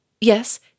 Yes